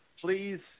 Please